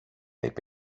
είπε